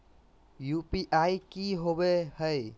UPI की होवे हय?